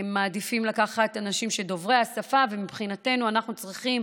לקחת אנשים דוברי השפה, ומבחינתנו, אנחנו צריכים